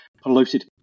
polluted